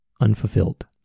unfulfilled